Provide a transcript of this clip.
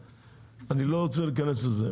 אני לא רוצה להיכנס לזה.